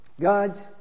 God's